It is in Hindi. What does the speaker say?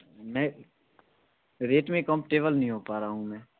मैं रेट में कमफ़ोर्टेबल नहीं हो पा रहा हूँ मैं